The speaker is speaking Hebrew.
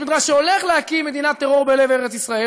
בית-מדרש שהולך להקים מדינת טרור בלב ארץ-ישראל